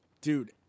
dude